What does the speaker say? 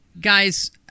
Guys